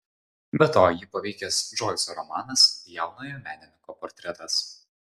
be to jį paveikęs džoiso romanas jaunojo menininko portretas